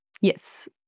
Yes